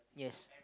yes